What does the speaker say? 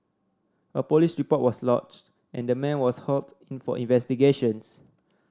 a police report was lodged and the man was hauled in for investigations